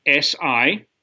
SI